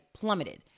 plummeted